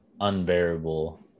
unbearable